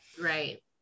Right